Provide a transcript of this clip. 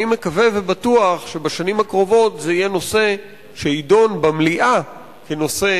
אני מקווה ובטוח שבשנים הקרובות זה יהיה נושא שיידון במליאה כנושא